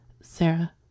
Sarah